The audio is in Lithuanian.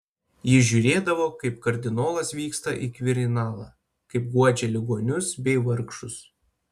jis žiūrėdavo kaip kardinolas vyksta į kvirinalą kaip guodžia ligonius bei vargšus